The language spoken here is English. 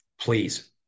Please